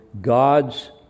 God's